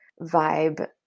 vibe